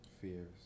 fears